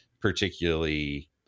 particularly